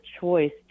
choice